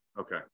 Okay